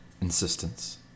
insistence